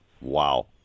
Wow